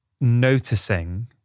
noticing